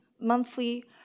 monthly